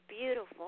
beautiful